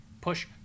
push